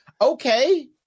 Okay